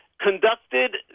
conducted